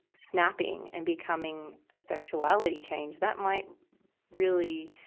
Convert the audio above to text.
snapping and becoming a sexuality change, that might really,